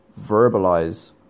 verbalize